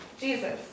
Jesus